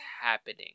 happening